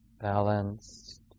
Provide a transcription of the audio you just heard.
balanced